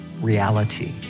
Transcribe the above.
reality